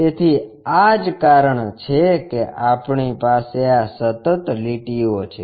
તેથી આ જ કારણ છે કે આપણી પાસે આ સતત લીટીઓ છે